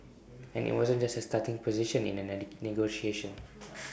and IT wasn't just A starting position in A negotiation